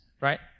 right